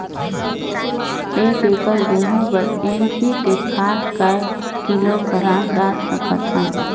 एक एकड़ गहूं बर एन.पी.के खाद काय किलोग्राम डाल सकथन?